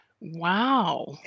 Wow